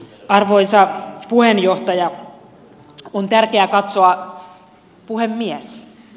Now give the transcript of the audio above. arvoisa puhemies